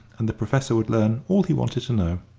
and the professor would learn all he wanted to know.